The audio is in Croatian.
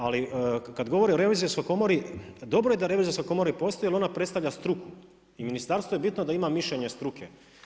Ali kada govori o revizorskoj komori, dobro je da revizorska komora i postoji jer ona predstavlja struku i ministarstvu je bitno da ima mišljenje struke.